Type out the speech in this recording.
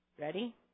ready